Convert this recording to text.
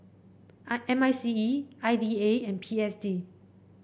I M I C E I D A and P S D